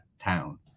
town